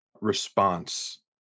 response